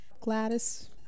gladys